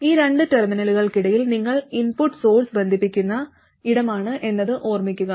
ഈ രണ്ട് ടെർമിനലുകൾക്കിടയിൽ നിങ്ങൾ ഇൻപുട്ട് സോഴ്സ് ബന്ധിപ്പിക്കുന്ന ഇടമാണ് എന്നത് ഓർമ്മിക്കുക